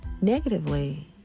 negatively